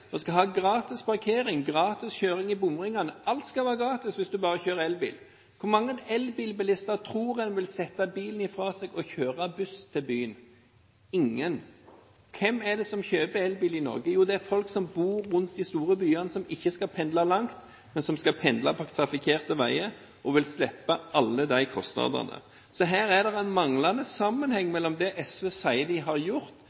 du bare kjører elbil. Hvor mange elbilbilister tror en vil sette bilen fra seg og kjøre buss til byen? Ingen. Hvem kjøper elbil i Norge? Det er folk som bor rundt de store byene, og som ikke skal pendle langt, men som skal pendle på trafikkerte veier og vil slippe alle de kostnadene. Så her er det en manglende sammenheng mellom det SV sier de har gjort,